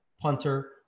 punter